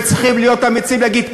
וצריכים להיות אמיצים ולהגיד: